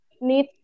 need